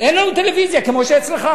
אין לנו טלוויזיה כמו שאצלך.